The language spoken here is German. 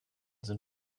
sind